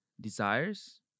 desires